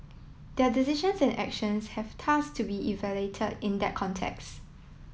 their decisions and actions have thus to be evaluated in that context